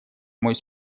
мой